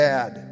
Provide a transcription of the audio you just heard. Dad